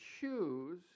choose